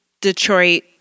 Detroit